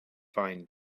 fine